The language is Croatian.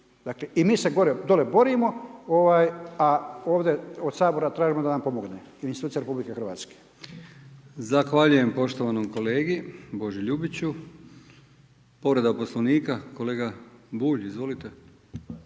I mi se dole borimo, a ovdje od Sabora tražimo da nam pomogne i institucija RH. **Brkić, Milijan (HDZ)** Zahvaljujem poštovanom kolegi Boži Ljubiću. Povreda Poslovnika kolega Bulj, izvolite. **Bulj,